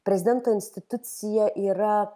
prezidento institucija yra